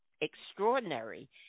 extraordinary